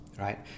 right